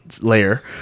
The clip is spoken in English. layer